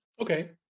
Okay